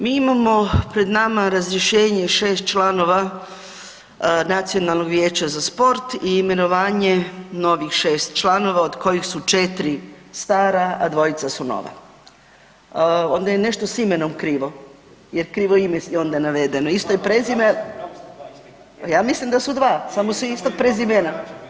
Mi imamo pred nama razrješenje šest članova Nacionalnog vijeća za sport i imenovanje novih šest članova od kojih su četiri stara, a dvojica su nova, onda je nešto s imenom krivo jer krivo ime je onda navedeno, isto je prezime … [[Upadica se ne razumije.]] ja mislim da su dva samo su ista prezimena.